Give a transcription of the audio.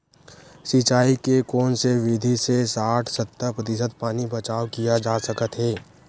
सिंचाई के कोन से विधि से साठ सत्तर प्रतिशत पानी बचाव किया जा सकत हे?